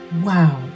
Wow